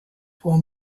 for